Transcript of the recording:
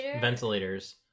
ventilators